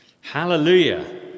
hallelujah